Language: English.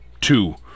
Two